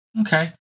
Okay